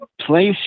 Place